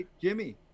Jimmy